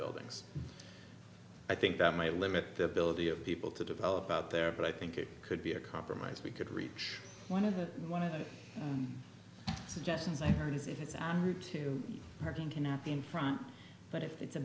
buildings i think that might limit the ability of people to develop out there but i think it could be a compromise we could reach one of the one of the suggestions i've heard is if it's on route to parking cannot be in front but if it's a